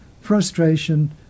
frustration